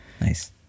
Nice